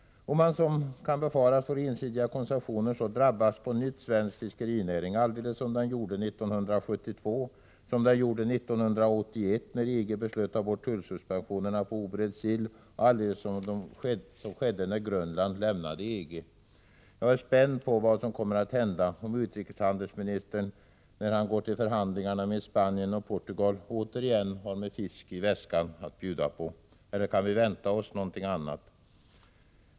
Om man, som kan befaras, får ensidiga koncessioner drabbas på nytt svensk fiskerinäring, precis som skedde 1972 och 1981, när EG beslöt att ta bort tullsuspensionerna på oberedd sill, och precis som skedde när Grönland lämnade EG. Jag är spänd på vad som kommer att hända — om utrikeshandelsministern när han går till förhandlingarna med Spanien och Portugal återigen har med fisk i väskan att bjuda på. Eller kan vi vänta oss någonting annat?